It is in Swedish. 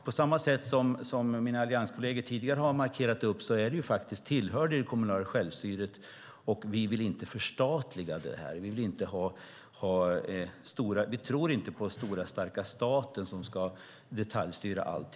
På samma sätt som mina allianskolleger tidigare har markerat tillhör frågan det kommunala självstyret, och vi vill inte förstatliga. Vi tror inte på stora, starka staten som ska detaljstyra allt.